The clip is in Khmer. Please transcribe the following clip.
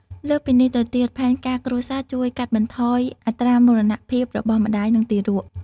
លើសពីនេះទៅទៀត ផែនការគ្រួសារជួយកាត់បន្ថយអត្រាមរណភាពរបស់ម្តាយ និងទារក។